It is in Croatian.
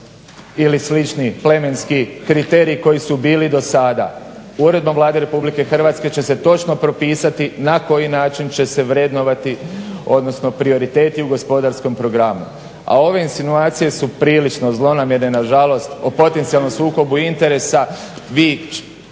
ili slični plemenski kriteriji koji su bili do sada. uredbom Vlade RH će se točno propisati na koji način će se vrednovati odnosno prioriteti u gospodarskom programu. A ove insinuacije su prilično zlonamjerne, nažalost o potencijalnom sukobu interesa vi čiji